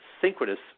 synchronous